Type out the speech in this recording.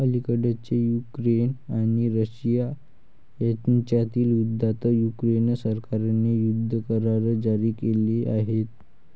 अलिकडेच युक्रेन आणि रशिया यांच्यातील युद्धात युक्रेन सरकारने युद्ध करार जारी केले आहेत